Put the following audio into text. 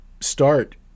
start